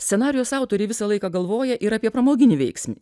scenarijaus autoriai visą laiką galvoja ir apie pramoginį veiksnį